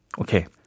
okay